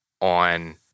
on